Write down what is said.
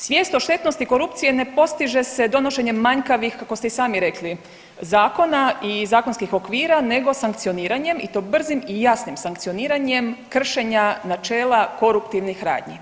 Svijest o štetnosti korupcije ne postiže se donošenjem manjkavih kako ste i sami rekli zakona i zakonskih okvira nego sankcioniranjem i to brzim i jasnim sankcioniranjem kršenja načela koruptivnih radnji.